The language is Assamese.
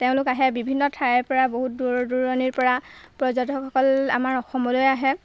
তেওঁলোক আহে বিভিন্ন ঠাইৰপৰা বহুত দূৰ দূৰণিৰপৰা পৰ্যটকসকল আমাৰ অসমলৈ আহে